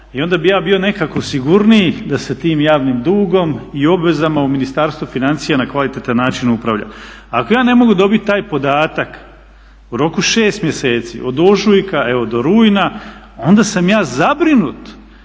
I onda bih ja bio nekako sigurniji da se tim javnim dugom i obvezama u Ministarstvu financija na kvalitetan način upravlja. Ako ja ne mogu dobiti taj podatak u roku 6 mjeseci od ožujka evo do rujna, onda sam ja zabrinut